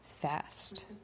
fast